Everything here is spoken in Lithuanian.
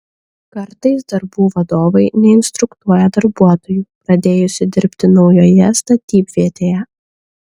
kartais darbų vadovai neinstruktuoja darbuotojų pradėjusių dirbti naujoje statybvietėje